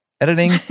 Editing